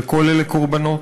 וכל אלה קורבנות.